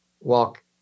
walk